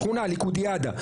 שכונה, ליכודיאדה.